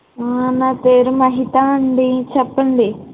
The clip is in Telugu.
నా పేరు మహిత అండి చెప్పండి